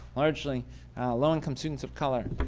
largely low-income students of color,